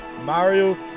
Mario